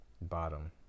Bottom